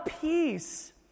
peace